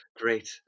Great